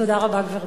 תודה רבה, גברתי.